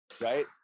right